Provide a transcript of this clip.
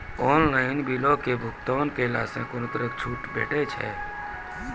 Online बिलक भुगतान केलासॅ कुनू तरहक छूट भेटै छै?